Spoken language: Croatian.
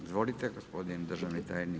Izvolite gospodin državni tajnik.